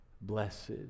blessed